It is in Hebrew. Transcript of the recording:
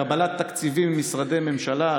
קבלת תקציבים ממשרדי ממשלה,